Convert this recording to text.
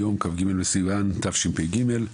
היום כ"ג בסיון תשפ"ג.